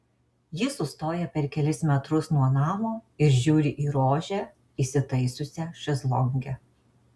ji sustoja per kelis metrus nuo namo ir žiūri į rožę įsitaisiusią šezlonge